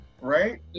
right